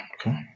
Okay